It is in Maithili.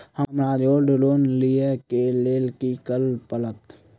हमरा गोल्ड लोन लिय केँ लेल की करऽ पड़त?